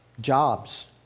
jobs